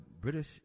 British